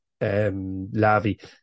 Lavi